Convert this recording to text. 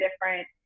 different